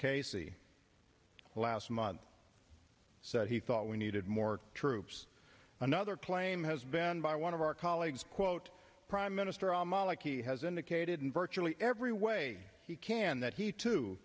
casey last month said he thought we needed more troops another claim has been by one of our colleagues quote prime minister al maliki has indicated in virtually every way he can that he too